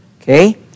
Okay